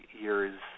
years